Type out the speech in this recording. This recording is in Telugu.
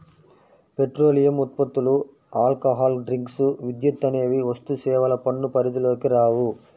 పెట్రోలియం ఉత్పత్తులు, ఆల్కహాల్ డ్రింక్స్, విద్యుత్ అనేవి వస్తుసేవల పన్ను పరిధిలోకి రావు